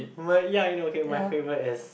my ya you know okay my favourite is